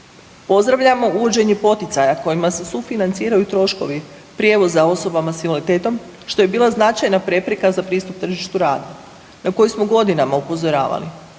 Pozdravljamo uvođenje poticaja kojima se sufinanciraju troškovi prijevoza osobama s invaliditetom, što je bila značajna prepreka za pristup tržištu rada na koji smo godinama upozoravali